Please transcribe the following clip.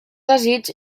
desig